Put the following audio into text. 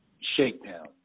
Shakedown